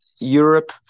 Europe